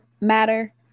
matter